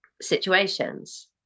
situations